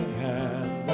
hand